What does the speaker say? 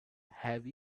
have